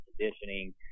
conditioning